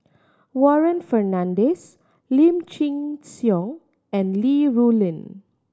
Warren Fernandez Lim Chin Siong and Li Rulin